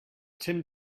tim